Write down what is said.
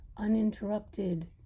uninterrupted